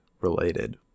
related